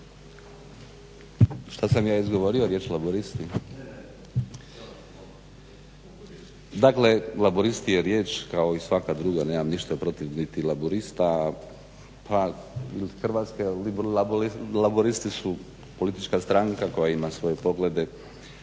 Šta sam ja izgovorio riječ Laburisti?